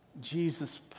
Jesus